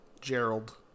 Gerald